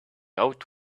out